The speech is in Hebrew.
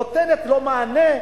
נותנת לו מענה,